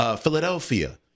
Philadelphia